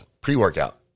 pre-workout